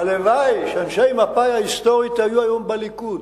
הלוואי שאנשי מפא"י ההיסטורית היו היום בליכוד.